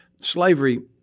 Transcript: Slavery